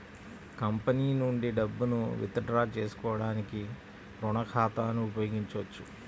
company నుండి డబ్బును withdraw చేసుకోవడానికి రుణ ఖాతాను ఉపయోగించొచ్చు